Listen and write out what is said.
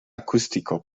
acústico